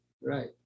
right